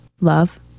love